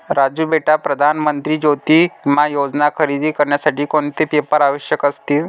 राजू बेटा प्रधान मंत्री ज्योती विमा योजना खरेदी करण्यासाठी कोणते पेपर आवश्यक असतील?